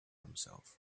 himself